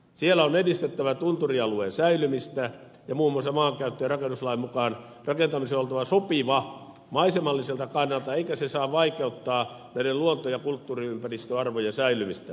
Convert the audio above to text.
siellä on edistettävä tunturialueen säilymistä ja muun muassa maankäyttö ja rakennuslain mukaan rakentamisen on oltava sopiva maisemalliselta kannalta eikä se saa vaikeuttaa näiden luonto ja kulttuuriympäristöarvojen säilymistä